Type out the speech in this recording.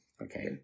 Okay